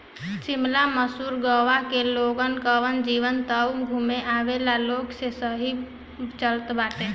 शिमला, मसूरी, गोवा के लोगन कअ जीवन तअ घूमे आवेवाला लोगन से ही चलत बाटे